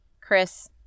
Chris